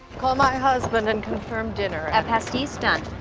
call my husband and confirm dinner. at pastis? done.